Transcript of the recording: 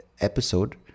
episode